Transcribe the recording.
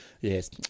Yes